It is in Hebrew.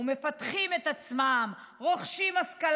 וכמה קל